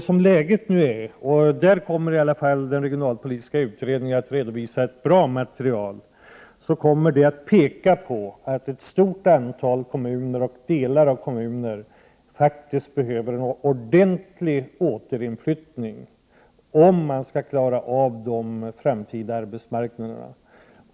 Som läget nu är — och där kommer i alla fall den regionalpolitiska utredningen att redovisa ett bra material — behöver ett stort antal kommuner och delar av kommuner faktiskt en ordentlig återinflyttning om man skall klara av de framtida arbetsmarknaderna.